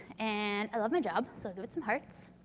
and love my job. so, give it some hearts.